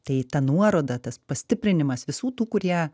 tai ta nuoroda tas pastiprinimas visų tų kurie